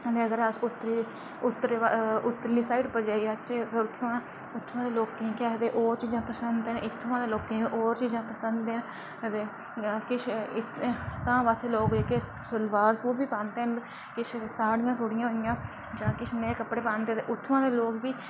अते अगर अस उत्तरी उत्तरली साइड़ उत्थुआं उत्थूं दे लोकें ई केह् आखदे ओह् चीजां पसंद न अते किश इत्थै तां पास्सै लोक किश सलवार सूट बी पांंदे न जा किश साड़ियां सुड़ियां होई आं जां किश नेह् कपड़े पांदे उत्थुआं दे लोक बी